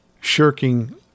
shirking